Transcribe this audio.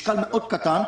משקל קטן מאוד,